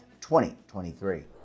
2023